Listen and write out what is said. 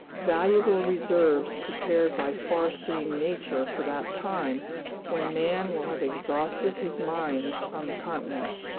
valuable reserves prepared by farseeing nature for that time when man will have exhausted his mines on the continents.